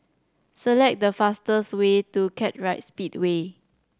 select the fastest way to Kartright Speedway